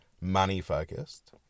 money-focused